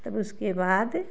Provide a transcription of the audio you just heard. तब उसके बाद